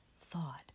thought